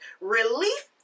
relief